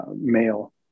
male